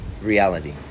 reality